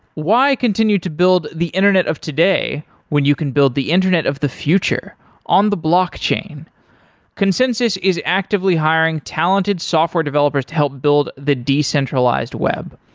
why continue to build the internet of today when you can build the internet of the future on the blockchain? consensys is actively hiring talented software developers to help build the decentralized web.